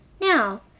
Now